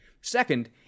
Second